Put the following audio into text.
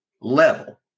level